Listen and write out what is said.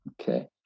Okay